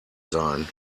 sein